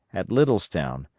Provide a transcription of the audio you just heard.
at littlestown,